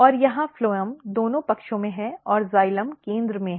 और यहाँ फ्लोएम दोनों पक्षों में है और जाइलम केंद्र में है